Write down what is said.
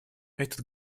этот